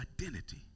identity